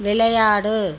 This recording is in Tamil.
விளையாடு